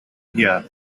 here